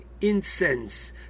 incense